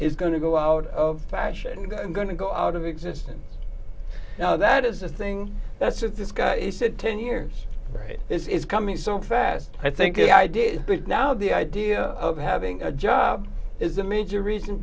is going to go out of fashion and i'm going to go out of existence now that is the thing that's with this guy he said ten years this is coming so fast i think i did but now the idea of having a job is the major reason